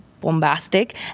bombastic